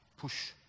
push